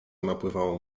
napływało